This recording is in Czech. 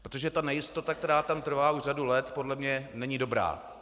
Protože ta nejistota, která tam trvá už řadu let, podle mě není dobrá.